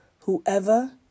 whoever